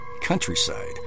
countryside